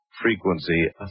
frequency